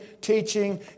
teaching